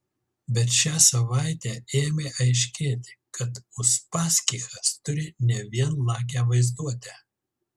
bet šią savaitę ėmė aiškėti kad uspaskichas turi ne vien lakią vaizduotę